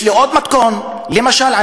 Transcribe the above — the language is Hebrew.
יש לי עוד מתכון: למשל,